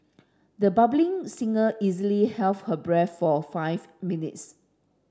the budding singer easily her breath for five minutes